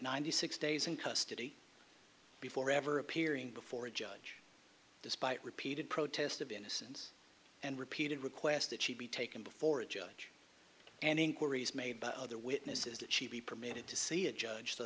ninety six days in custody before ever appearing before a judge despite repeated protest of innocence and repeated requests that she be taken before a judge and inquiries made by other witnesses that she be permitted to see a judge so